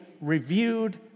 reviewed